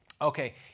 okay